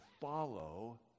follow